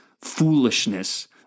foolishness